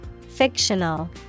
Fictional